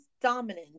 dominant